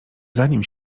zanim